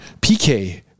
pk